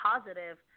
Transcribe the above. positive